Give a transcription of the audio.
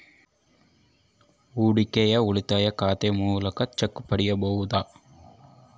ಹೂಡಿಕೆಯ ಉಳಿತಾಯ ಖಾತೆಯ ಮೂಲಕ ಚೆಕ್ ಪಡೆಯಬಹುದಾ?